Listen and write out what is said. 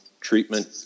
treatment